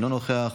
אינו נוכח,